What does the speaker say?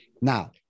Now